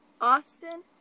Austin